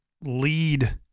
lead